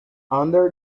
under